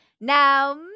Now